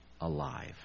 alive